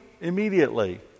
immediately